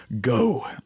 Go